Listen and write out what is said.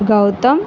Gautam